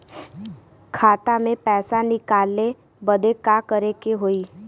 खाता से पैसा निकाले बदे का करे के होई?